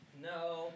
No